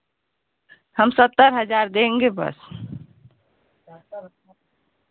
हम सत्तर हज़ार देंगे बस